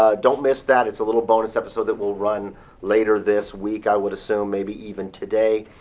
ah don't miss that. it's a little bonus episode that we'll run later this week, i would assume. maybe even today.